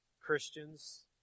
Christians